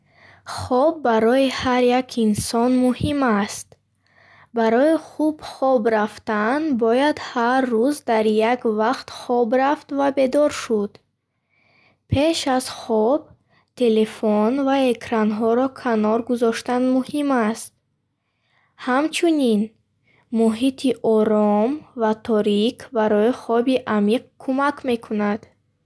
Хоб барои ҳар як инсон муҳим аст. Барои хуб хоб рафтан бояд ҳар рӯз дар як вақт хоб рафт ва бедор шуд. Пеш аз хоб телефон ва экранҳоро канор гузоштан муҳим аст. Ҳамчунин, муҳити ором ва торик барои хоби амиқ кӯмак мекунад.